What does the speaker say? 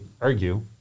argue